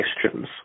questions